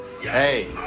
Hey